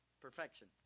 Perfection